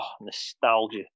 Nostalgia